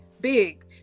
big